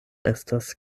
estas